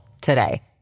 today